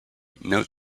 note